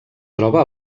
troba